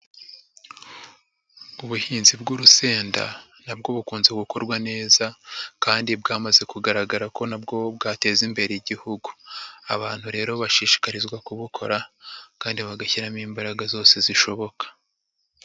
Ubuhinzi bw'urusenda nabwo bukunze gukorwa neza kandi bwamaze kugaragaza ko nabwo bwateza imbere igihugu. Abantu rero bashishikarizwa kubukora kandi bagashyiramo imbaraga zose zishoboka.